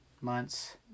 months